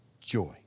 joy